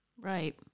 Right